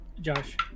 Josh